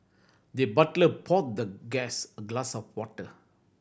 the butler poured the guest a glass of water